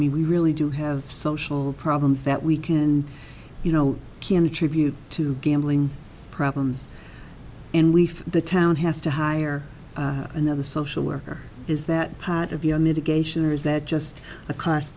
mean we really do have social problems that we can you know can attribute to gambling problems and we from the town has to hire another social worker is that part of your mitigation or is that just a c